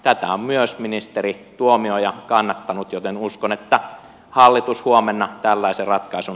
tätä on myös ministeri tuomioja kannattanut joten uskon että hallitus huomenna tällaisen ratkaisun